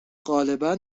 غالبا